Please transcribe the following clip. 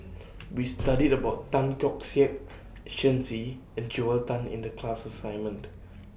We studied about Tan Keong Saik Shen Xi and Joel Tan in The class assignment